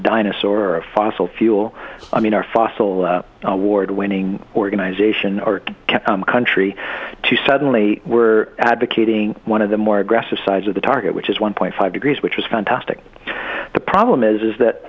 dinosaur fossil fuel i mean our fossil award winning organization or country to suddenly were advocating one of the more aggressive sides of the target which is one point five degrees which is fantastic the problem is that